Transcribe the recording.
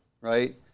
right